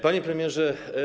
Panie Premierze!